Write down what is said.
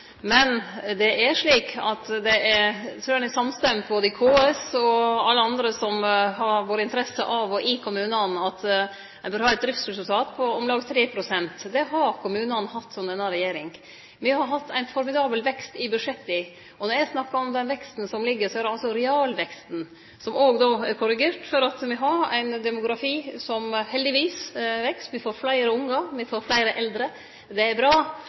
både KS og alle andre som har interesse av at kommunane bør ha eit driftsresultat på om lag 3 pst., er samstemte. Det har kommunane hatt under denne regjeringa. Me har hatt ein formidabel vekst i budsjetta. Og når eg snakkar om den veksten som ligg der, er det altså realveksten, som òg er korrigert for at me har ein demografi som heldigvis veks. Me får fleire ungar, me får fleire eldre – det er bra.